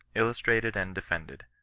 illustrated and defended.